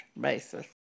basis